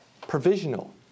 provisional